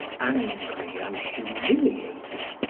angry and humiliated,